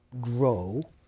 grow